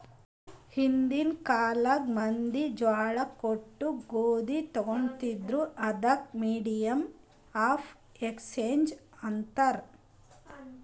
ಹಿಂದಿನ್ ಕಾಲ್ನಾಗ್ ಮಂದಿ ಜ್ವಾಳಾ ಕೊಟ್ಟು ಗೋದಿ ತೊಗೋತಿದ್ರು, ಅದಕ್ ಮೀಡಿಯಮ್ ಆಫ್ ಎಕ್ಸ್ಚೇಂಜ್ ಅಂತಾರ್